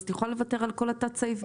את יכולה לוותר על כל תת הסעיף הזה.